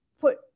put